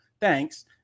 thanks